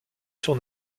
son